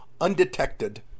undetected